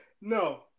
No